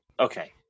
Okay